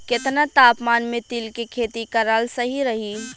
केतना तापमान मे तिल के खेती कराल सही रही?